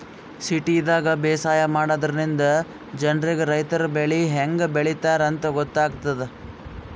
ಸಿಟಿದಾಗ್ ಬೇಸಾಯ ಮಾಡದ್ರಿನ್ದ ಜನ್ರಿಗ್ ರೈತರ್ ಬೆಳಿ ಹೆಂಗ್ ಬೆಳಿತಾರ್ ಅಂತ್ ಗೊತ್ತಾಗ್ತದ್